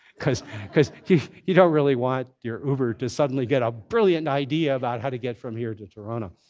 because because you don't really want your uber to suddenly get a brilliant idea about how to get from here to toronto.